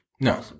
No